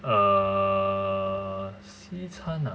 err 西餐 ah